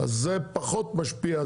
זה פחות משפיע.